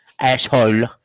Asshole